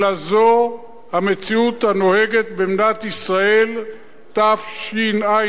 אלא זו המציאות הנוהגת במדינת ישראל תשע"ב,